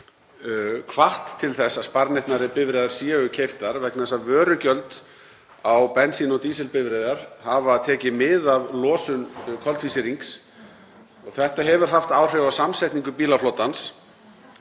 hvatt til þess að sparneytnari bifreiðar séu keyptar vegna þess að vörugjöld á bensín- og dísilbifreiðar hafa tekið mið af losun koltvísýrings. Þetta hefur haft áhrif á samsetningu bílaflotans.